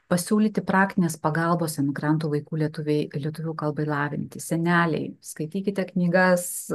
pasiūlyti praktinės pagalbos emigrantų vaikų lietuviai lietuvių kalbai lavinti seneliai skaitykite knygas